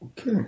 Okay